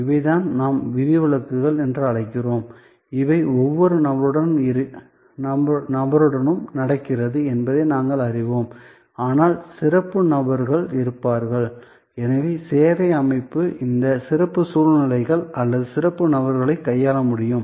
இவைதான் நாம் விதிவிலக்குகள் என்று அழைக்கிறோம் அவை ஒவ்வொரு நபருடனும் நடக்கிறது என்பதை நாங்கள் அறிவோம் ஆனால் சிறப்பு நபர்கள் இருப்பார்கள் எனவே சேவை அமைப்பு இந்த சிறப்பு சூழ்நிலைகள் அல்லது சிறப்பு நபர்களைக் கையாள முடியும்